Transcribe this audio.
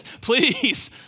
please